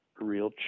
real